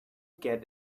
get